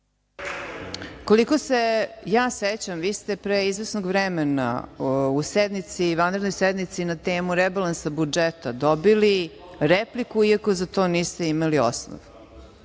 Koliko se ja sećam vi ste pre izvesnog vremena u sednici, vanrednoj sednici na temu rebalansa budžeta dobili repliku iako za to niste imali osnova.